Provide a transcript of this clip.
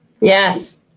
Yes